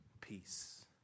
peace